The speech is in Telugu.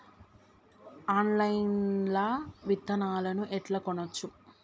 ఆన్లైన్ లా విత్తనాలను ఎట్లా కొనచ్చు?